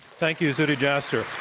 thank you, zuhdi jasser.